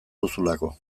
duzulako